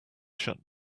shut